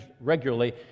regularly